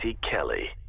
Kelly